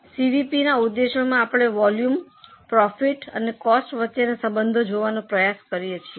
સીવીપીના ઉદ્દેશોમાં આપણે volume profit અને કોસ્ટ વચ્ચેના સંબંધને જોવાનો પ્રયાસ કરીએ છીએ